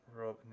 Rob